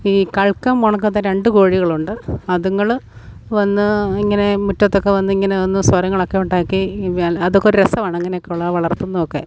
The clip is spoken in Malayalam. ഈ കൾക്കം പൊണക്കത്തെ രണ്ടു കോഴികളുണ്ട് അതുങ്ങള് വന്ന് ഇങ്ങനെ മുറ്റത്തൊക്കെ വന്നു ഇങ്ങനെ വന്ന് സ്വരങ്ങളൊക്കെ ഉണ്ടാക്കി അതൊക്കെ ഒരു രസമാണ് അങ്ങനെയുള്ളത് വളർത്തുന്നതൊക്കെ